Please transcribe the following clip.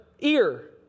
ear